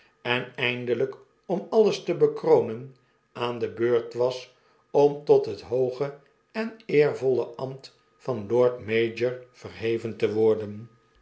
en eindelyk om alles te bekronen aan de be urt was om tot het hooge en eervolle arabt van lord mayor verheven te worden